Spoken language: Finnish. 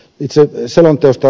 itse selonteosta